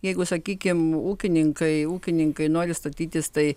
jeigu sakykim ūkininkai ūkininkai nori statytis tai